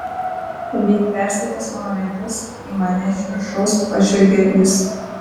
lyg perskaitęs mano mintis į mane iš viršaus pažvelgė jis